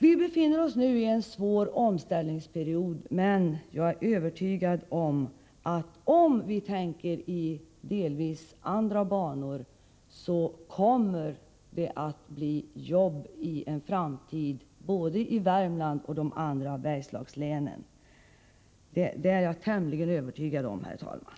Vi befinner oss nu i en svår omställningsperiod, men om vi tänker i delvis andra banor kommer det att bli jobb i en framtid både i Värmland och i de andra Bergslagslänen. Det är jag tämligen övertygad om, herr talman.